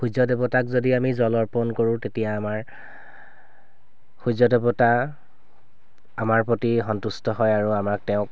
সূৰ্যদেৱতাক যদি আমি জল অৰ্পণ কৰো তেতিয়া আমাৰ সূৰ্যদেৱতা আমাৰ প্ৰতি সন্তুষ্ট হয় আৰু আমাক তেওঁ